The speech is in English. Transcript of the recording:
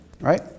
right